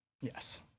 Yes